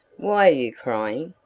why are you crying?